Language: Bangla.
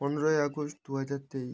পনেরোই আগস্ট দু হাজার তেইশ